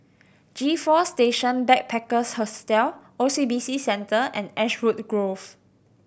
G Four Station Backpackers Hostel O C B C Centre and Ashwood Grove